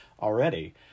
already